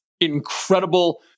incredible